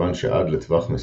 מכיוון שעד לטווח מסוים,